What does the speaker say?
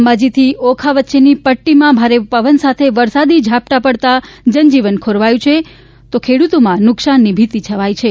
અંબાજીથી ઓખા વચ્ચેની પટ્ટીમાં ભારે પવન સાથે વરસાદી ઝાપટાં પડતા જનજીવન ખોરવાયું છે તો ખેડૂતોમાં નુકસાનની ભીતી છવાઇ ગઇ છે